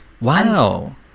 wow